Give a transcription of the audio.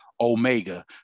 Omega